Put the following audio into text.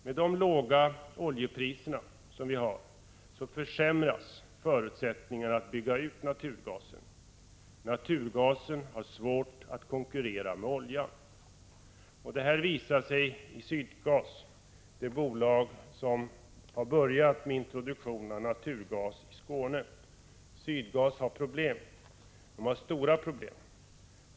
Med de låga oljepriser som vi har försämras förutsättningarna för att bygga ut naturgasen: Naturgasen har svårt att konkurrera med oljan. Detta visar sig i Sydgas, det bolag som har börjat med introduktion av naturgas i Skåne. Sydgas har stora problem.